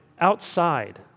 outside